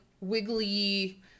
wiggly